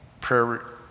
prayer